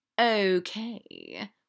Okay